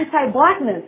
anti-blackness